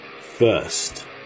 First